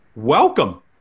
Welcome